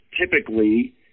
typically